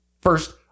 first